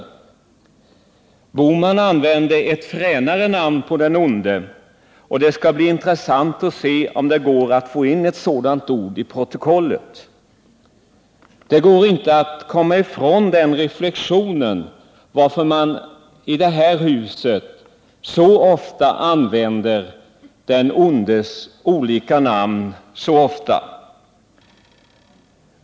Herr Bohman använde ett fränare namn på den onde, och det skall bli intressant att se om det går att få in ett sådant ord i protokollet. Det går inte att komma ifrån frågan, varför man här i huset använder den ondes olika namn så ofta.